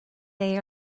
they